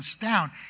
down